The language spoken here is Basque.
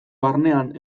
barnean